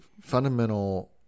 fundamental